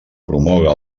promoga